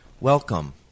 Welcome